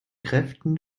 kräften